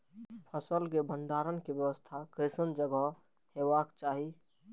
फसल के भंडारण के व्यवस्था केसन जगह हेबाक चाही?